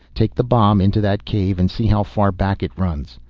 take the bomb into that cave and see how far back it runs.